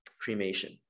cremation